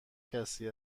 کسی